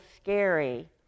scary